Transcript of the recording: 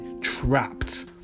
trapped